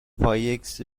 پایکس